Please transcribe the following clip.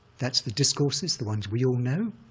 that's the discourses, the ones we all know,